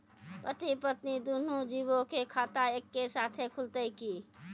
पति पत्नी दुनहु जीबो के खाता एक्के साथै खुलते की?